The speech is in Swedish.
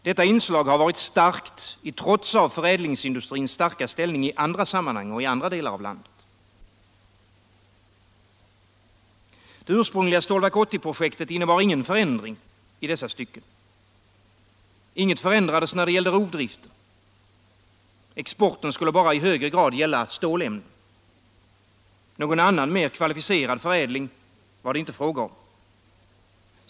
Detta inslag har varit starkt i trots av förädlingsindustrins starka ställning i andra sammanhang och andra delar av landet. Det ursprungliga Stålverk 80-projektet innebar ingen förändring i dessa stycken. Inget förändrades när det gällde rovdriften. Exporten skulle bara i högre grad gälla stålämnen. Någon annan, mer kvalificerad förädling var det inte fråga om.